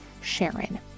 SHARON